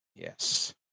Yes